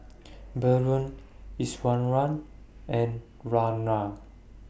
Bellur Iswaran and Ramnath